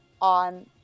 on